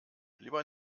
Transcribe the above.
lieber